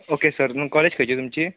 okay sir न्हू college खंयची तुमची